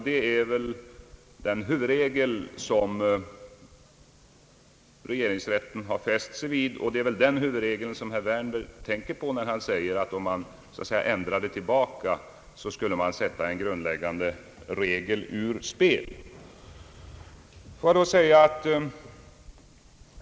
Det är den huvudregel som regeringsrätten har fäst sig vid och det är väl den huvudregel som herr Wärnberg tänker på när han säger, att om man så att säga »ändrar tillbaka» så skulle en grundläggande regel sättas ur spel.